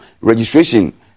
registration